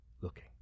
looking